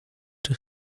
czy